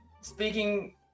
speaking